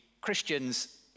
Christians